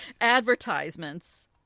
advertisements